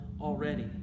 already